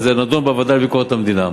זה כבר נדון בוועדה לביקורת המדינה.